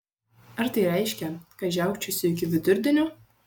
ar tai reiškia kad žiaukčiosiu iki vidurdienio